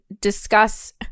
discuss